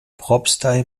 propstei